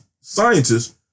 scientists